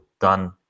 done